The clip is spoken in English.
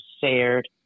shared